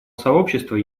сообщества